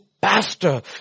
pastor